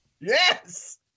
Yes